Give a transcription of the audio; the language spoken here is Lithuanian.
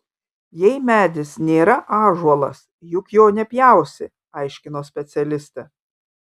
jei medis nėra ąžuolas juk jo nepjausi aiškino specialistė